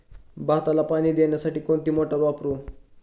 भाताला पाणी देण्यासाठी कोणती मोटार वापरू?